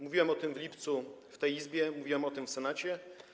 Mówiłem o tym w lipcu w tej Izbie, mówiłem o tym w Senacie.